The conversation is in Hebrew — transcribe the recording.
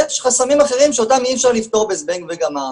יש חסמים אחרים שאותם אי אפשר לפתור בזבנג וגמרנו.